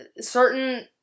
Certain